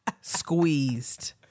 Squeezed